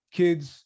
kids